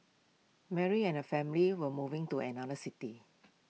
Mary and her family were moving to another city